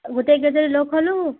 গোটেইকেইজনী লগ হ'লোঁ